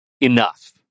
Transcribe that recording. enough